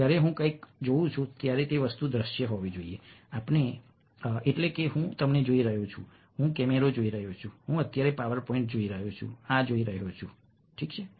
જ્યારે હું કંઈક જોઉં છું ત્યારે તે વસ્તુ દ્રશ્ય હોવી જોઈએ એટલે કે હું તમને જોઈ રહ્યો છું હું કેમેરા જોઈ રહ્યો છું હું અત્યારે પાવર પોઈન્ટ જોઈ રહ્યો છું આ જોઈ રહ્યું છે